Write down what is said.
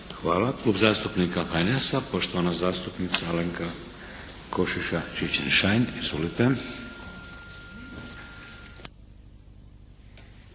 Hvala. Klub zastupnika HNS-a poštovana zastupnica Alenka Košiša Čičin-Šain. Izvolite.